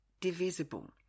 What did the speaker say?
divisible